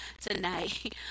tonight